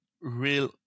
real